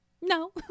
No